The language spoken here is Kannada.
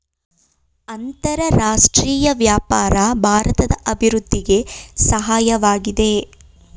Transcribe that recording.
ಅಂತರರಾಷ್ಟ್ರೀಯ ವ್ಯಾಪಾರ ಭಾರತದ ಅಭಿವೃದ್ಧಿಗೆ ಸಹಾಯವಾಗಿದೆ